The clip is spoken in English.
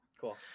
Cool